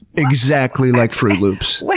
exactly like froot loops.